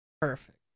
Perfect